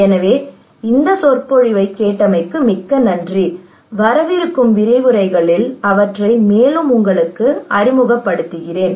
எனவே இந்த சொற்பொழிவைக் கேட்டமைக்கு மிக்க நன்றி வரவிருக்கும் விரிவுரைகளில் அவற்றை மேலும் உங்களுக்கு அறிமுகப்படுத்துகிறேன்